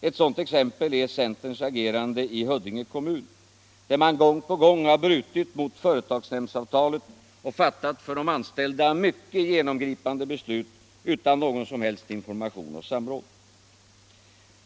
Ett sådant exempel är centerns agerande i Huddinge kommun, där man gång på gång brutit mot företagsnämndsavtalet och fattat för de anställda mycket genomgripande beslut utan någon som helst information och samråd.